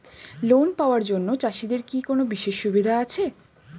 Loan পাওয়ার জন্য চাষিদের কি কোনো বিশেষ সুবিধা আছে?